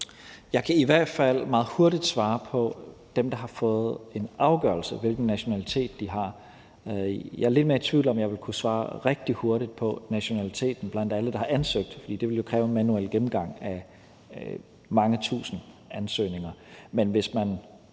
Jeg kan i hvert fald meget hurtigt svare på, hvilken nationalitet dem, der har fået en afgørelse, har. Jeg er lidt mere i tvivl, om jeg vil kunne svare rigtig hurtigt på nationaliteten blandt alle, der har ansøgt, fordi det jo ville kræve en manuel gennemgang af mange tusind ansøgninger.